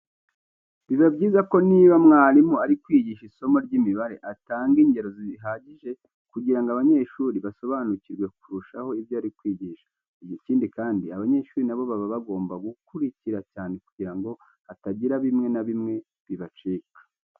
Biba byiza ko niba mwarimu ari kwigisha isomo ry'imibare atanga ingero zihagije kugira ngo abanyeshuri basobanukirwe kurushaho ibyo bari kwigishwa. Ikindi kandi abanyeshuri na bo baba bagomba gukurikira cyane kugira ngo hatagira bimwe na bimwe bibacika.